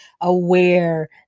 aware